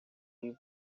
livre